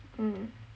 mm